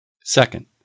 Second